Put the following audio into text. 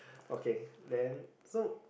okay then so